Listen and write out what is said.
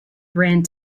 brand